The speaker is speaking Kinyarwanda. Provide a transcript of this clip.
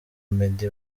meddy